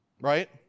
Right